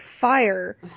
fire